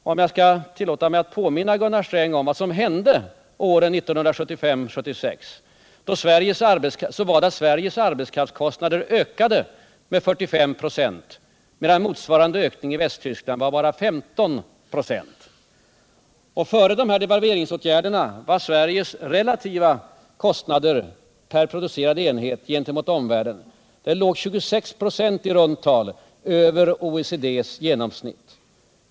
Får jag påminna Gunnar Sträng om att arbetskraftskostnaderna i Sverige åren 1975-1976 ökade med omkring 45 926, medan motsvarande ökning i Västtyskland låg på bara 15 96. Före devalveringsåtgärderna låg Sveriges relativa kostnader per producerad enhet i runda tal 26 96 över OECD:s genomsnitt.